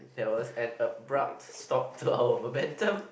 there was an abrupt stop to our momentum